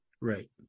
Right